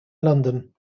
london